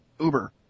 uber